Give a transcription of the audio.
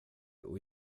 och